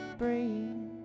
breathe